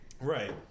Right